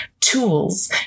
tools